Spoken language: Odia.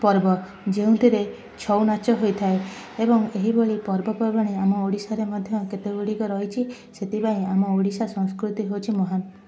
ପର୍ବ ଯେଉଁଥିରେ ଛଉ ନାଚ ହୋଇଥାଏ ଏବଂ ଏହିଭଳି ପର୍ବ ପର୍ବାଣି ଆମ ଓଡ଼ିଶାରେ ମଧ୍ୟ କେତେ ଗୁଡ଼ିକ ରହିଛି ସେଥିପାଇଁ ଆମ ଓଡ଼ିଶା ସଂସ୍କୃତି ହେଉଛି ମହାନ୍